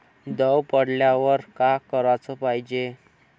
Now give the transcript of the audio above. दव पडल्यावर का कराच पायजे?